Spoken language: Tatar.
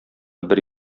бер